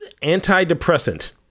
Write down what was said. Antidepressant